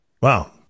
Wow